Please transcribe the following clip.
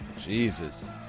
Jesus